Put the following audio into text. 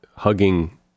hugging